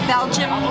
Belgium